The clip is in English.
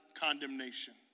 condemnation